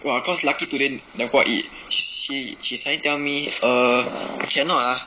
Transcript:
!wah! cause lucky today never go out and eat she she suddenly tell me cannot ah